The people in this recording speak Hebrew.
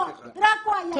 רק הוא היה.